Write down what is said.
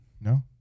no